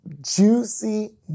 juicy